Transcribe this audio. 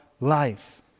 life